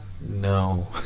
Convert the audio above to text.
No